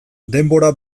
denbora